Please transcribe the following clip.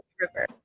River